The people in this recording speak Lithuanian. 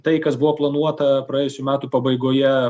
tai kas buvo planuota praėjusių metų pabaigoje